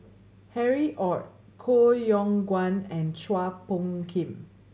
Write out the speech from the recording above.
Harry Ord Koh Yong Guan and Chua Phung Kim